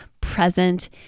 present